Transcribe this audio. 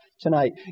tonight